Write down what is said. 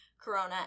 corona